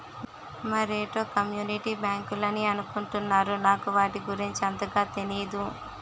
మరేటో కమ్యూనిటీ బ్యాంకులని అనుకుంటున్నారు నాకు వాటి గురించి అంతగా తెనీదు